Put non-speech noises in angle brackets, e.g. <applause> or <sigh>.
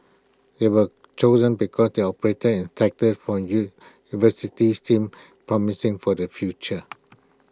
they were chosen because they operate in sectors from U <unintelligible> deems promising for the future